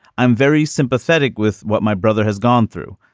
i'm very sympathetic with what my brother has gone through.